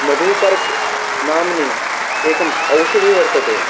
मधुपर्कनाम्नि एकः औषधिः वर्तते